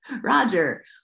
Roger